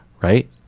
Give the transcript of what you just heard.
right